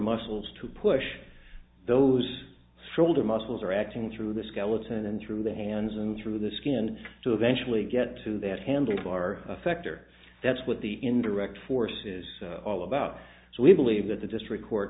muscles to push those shoulder muscles are acting through the skeleton and through the hands and through the skin to eventually get to that handlebar effect or that's what the indirect force is all about so we believe that the district court